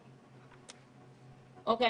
אוקיי,